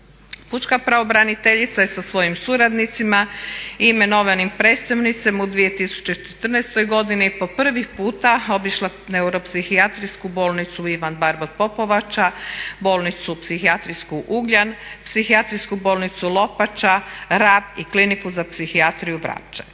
Pučka pravobraniteljica je sa svojim suradnicima i imenovanim predstavnicima u 2014.godini po prvi puta obišla Neuropsihijatrijsku bolnicu Ivan Barba Popovača, Bolnicu psihijatrijsku Ugljan, Psihijatrijsku bolnicu Lopača, Rab i Kliniku za psihijatriju Vrapče.